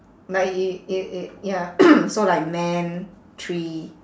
like it it it ya so like man tree